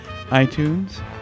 iTunes